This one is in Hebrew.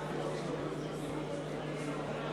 קבוצת סיעת